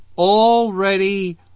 Already